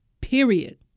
period